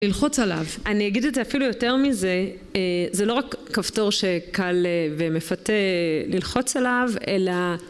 ללחוץ עליו. אני אגיד את זה אפילו יותר מזה זה לא רק כפתור שקל ומפתה ללחוץ עליו אלא